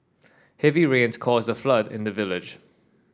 heavy rains caused a flood in the village